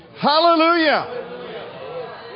Hallelujah